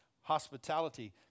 hospitality